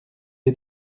est